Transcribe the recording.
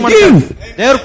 give